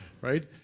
right